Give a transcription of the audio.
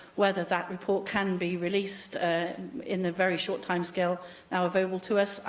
whether that report can be released in the very short timescale now available to us.